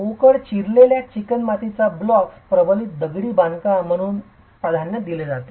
पोकळ चिरलेला चिकणमाती ब्लॉक्स प्रबलित दगडी बांधकाम एकक म्हणून प्राधान्य दिले जातात